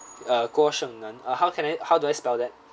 uh guo sheng nan ah how can I how do I spell that